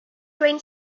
grain